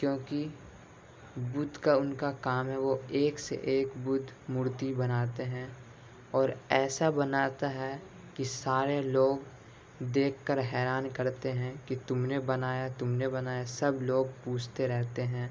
کیونکہ بدھ کا ان کا کام ہے وہ ایک سے ایک بدھ مورتی بناتے ہیں اور ایسا بناتا ہے کہ سارے لوگ دیکھ کر حیران کرتے ہیں کہ تم نے بنایا تم نے بنایا سب لوگ پوچھتے رہتے ہیں